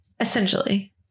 Essentially